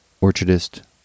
orchardist